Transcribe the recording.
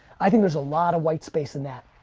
i think there's a lot of white space in that,